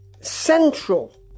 central